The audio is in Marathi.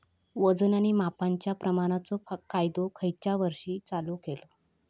वजन आणि मापांच्या प्रमाणाचो कायदो खयच्या वर्षी चालू केलो?